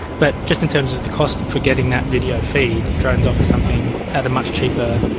but just in terms of the cost for getting that video feed, drones offer something at a much cheaper,